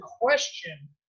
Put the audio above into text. question